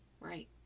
Right